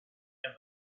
and